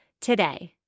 today